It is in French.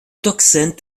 tocsin